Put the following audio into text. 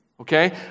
Okay